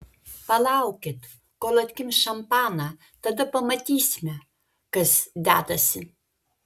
palaukit kol atkimš šampaną tada pamatysime kas dedasi